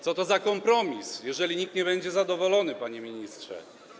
Co to za kompromis, jeżeli nikt nie będzie zadowolony, panie ministrze?